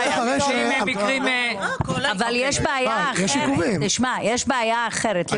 אבל יש בעיה אחרת.